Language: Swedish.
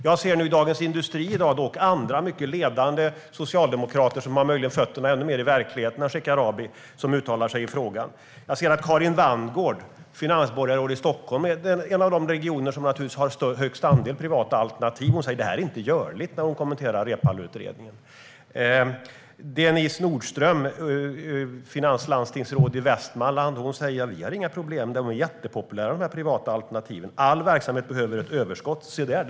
Jag ser dock i Dagens industri i dag att andra ledande socialdemokrater, som möjligen har fötterna ännu mer i verkligheten än Shekarabi har, uttalar sig i frågan. Karin Wanngård är finansborgarråd i Stockholm - det är en av de regioner som naturligtvis har högst andel privata alternativ. När hon kommenterar Reepaluutredningen säger hon: Det här är inte görligt. Denise Norström, finanslandstingsråd i Västmanland säger: Vi har inga problem. De privata alternativen är jättepopulära. All verksamhet behöver ett överskott. Se där!